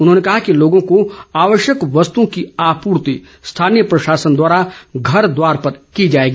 उन्होंने कहा कि लोगों को आवश्यक वस्तुओं की आपूर्ति स्थानीय प्रशासन द्वारा घरद्वार पर की जाएगी